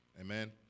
Amen